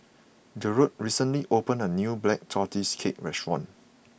Jerold recently opened a new Black Tortoise Cake restaurant